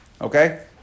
Okay